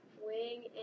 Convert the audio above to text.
Wing